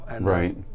Right